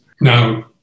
Now